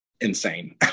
insane